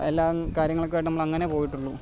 എല്ലാ കാര്യങ്ങൾക്കുമായിട്ട് നമ്മൾ അങ്ങനെ പോയിട്ടുള്ളൂ